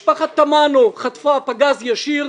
משפחת תמנו חטפה טיל ישיר.